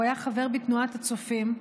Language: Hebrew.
הוא היה חבר בתנועת הצופים.